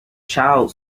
child